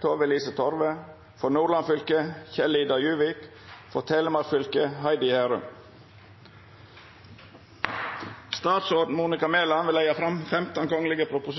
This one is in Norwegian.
Tove-Lise Torve For Nordland fylke: Kjell-Idar Juvik For Telemark fylke: Heidi Herum Representanten Kari Elisabeth Kaski vil